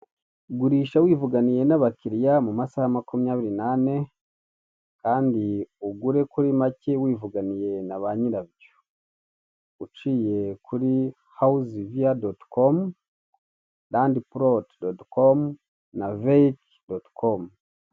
Gurisha wivuganiye n'abakiriya mu masaha makumyabiri nane kandi ugure kuri make wivuganiye na banyirabyo uciye kuri hawuzi viya doti komu, randi poroti doti komu na veyiti doti komu.